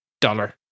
dollar